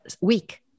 week